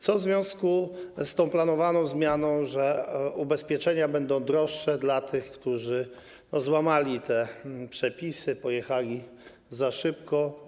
Co w związku z tą planowaną zmianą, że ubezpieczenia będą droższe dla tych, którzy złamali przepisy, pojechali za szybko?